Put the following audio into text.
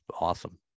awesome